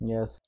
Yes